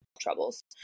troubles